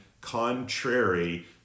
contrary